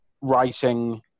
writing